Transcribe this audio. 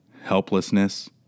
helplessness